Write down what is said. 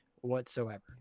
whatsoever